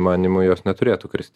manymu jos neturėtų krist